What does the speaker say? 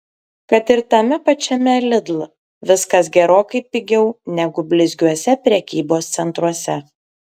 kad ir tame pačiame lidl viskas gerokai pigiau negu blizgiuose prekybos centruose